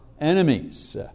enemies